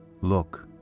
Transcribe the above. Look